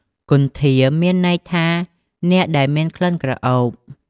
គន្ធា មានន័យថាអ្នកដែលមានក្លិនក្រអូប។